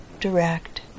direct